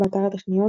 באתר הטכניון